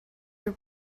your